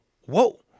whoa